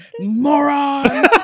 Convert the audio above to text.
moron